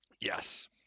Yes